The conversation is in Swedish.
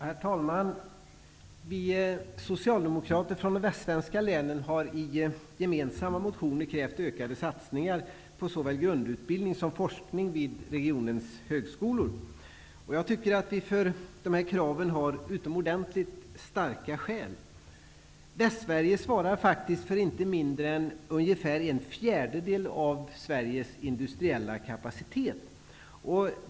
Herr talman! Vi socialdemokrater från de västsvenska länen har i gemensamma motioner krävt ökade satsningar på såväl grundutbildning som forskning vid regionens högskolor. För de här kraven har vi utomordentligt starka skäl. Västsverige svarar faktiskt för inte mindre än ungefär en fjärdedel av Sveriges industriella kapacitet.